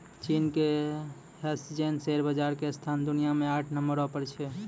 चीन के Shenzhen share बाजार के स्थान दुनिया मे आठ नम्बरो पर छै